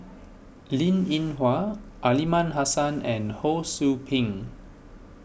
Linn in Hua Aliman Hassan and Ho Sou Ping